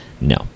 No